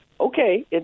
okay